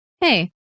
hey